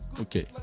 Okay